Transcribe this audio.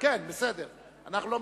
62